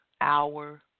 hour